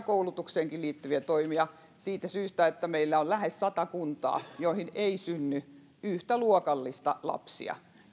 koulutukseenkin liittyviä toimia siitä syystä että meillä on lähes sata kuntaa joihin ei synny yhtä luokallista lapsia